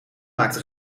maakt